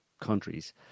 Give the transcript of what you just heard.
countries